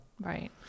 Right